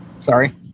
Sorry